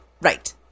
Right